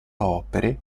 opere